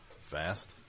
fast